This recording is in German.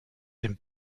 dem